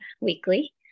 weekly